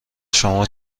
شما